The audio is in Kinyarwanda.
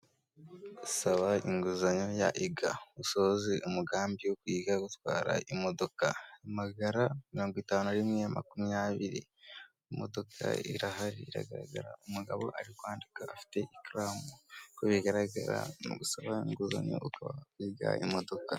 Saba inguzanyo iga, usoze umugambi wo kwiga gutwara imodokagana mirongo itanu rimwe makumyabiri imodoka irahari iragaragara, umugabo ari kwandika afite ikaramu uko bigaragara mugusababa inguzanyo yo kwiga imodoka.